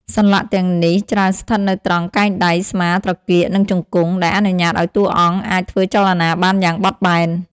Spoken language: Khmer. សន្លាក់ទាំងនេះច្រើនស្ថិតនៅត្រង់កែងដៃ ស្មា ត្រគាក និងជង្គង់ ដែលអនុញ្ញាតឲ្យតួអង្គអាចធ្វើចលនាបានយ៉ាងបត់បែន។